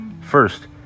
first